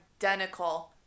identical